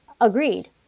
Agreed